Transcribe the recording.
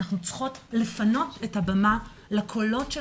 אנחנו צריכים לפנות את הבמה לקולות של